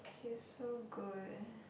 she's so good